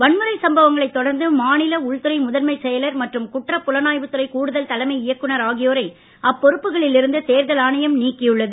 வன்முறை சம்பவங்களை தொடர்ந்து மாநில உள்துறை முதன்மை செயலர் மற்றும் குற்றப் புலனாய்வுத்துறை கூடுதல் தலைமை இயக்குநர் ஆகியோரை அப்பொறுப்புகளில் இருந்து தேர்தல் ஆணையம் நீக்கியுள்ளது